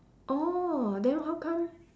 orh then how come